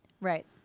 Right